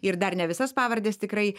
ir dar ne visas pavardes tikrai